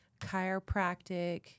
chiropractic